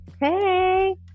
Hey